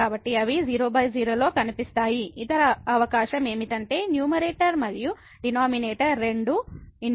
కాబట్టి అవి 00 లో కనిపిస్తాయి ఇతర అవకాశం ఏమిటంటే న్యూమరేటర్ మరియు డినామనేటర్ రెండూ ∞